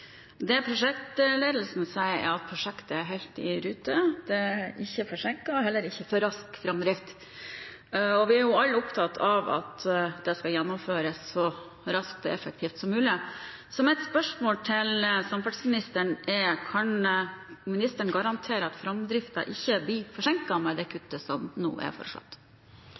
helt i rute, det er ikke forsinket, og har heller ikke for rask framdrift. Vi er alle opptatt av at det skal gjennomføres så raskt og effektivt som mulig, så mitt spørsmål til samferdselsministeren er: Kan ministeren garantere at framdriften ikke blir forsinket med det kuttet som nå er foreslått?